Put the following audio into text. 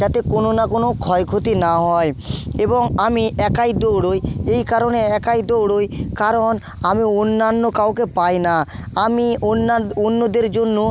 যাতে কোনও না কোনও ক্ষয়ক্ষতি না হয় এবং আমি একাই দৌড়ই এই কারণে একাই দৌড়ই কারণ আমি অন্যান্য কাউকে পাই না আমি অন্যদের জন্য